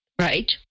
right